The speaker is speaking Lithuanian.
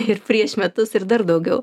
ir prieš metus ir dar daugiau